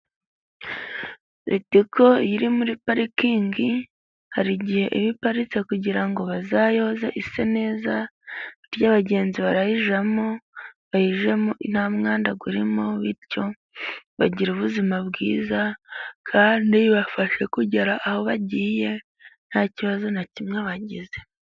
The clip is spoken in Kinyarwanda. Ritiko iri muri parikingi hari igihe iba iparitse kugira ngo bazayoze iseneza bityo abagenzi barayijyamo, bayijyemo nta mwanda urimo bityo bagire ubuzima bwiza kandi ibafashe kugera aho bagiye nta kibazo na kimwe bagize.